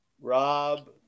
Rob